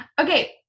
Okay